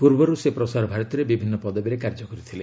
ପୂର୍ବରୁ ସେ ପ୍ରସାର ଭାରତୀରେ ବିଭିନ୍ନ ପଦବୀରେ କାର୍ଯ୍ୟ କରିଥିଲେ